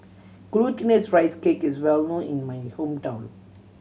Glutinous Rice Cake is well known in my hometown